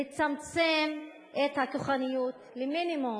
לצמצם את הכוחניות למינימום,